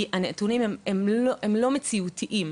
כי הנתונים הם לא מציאותיים.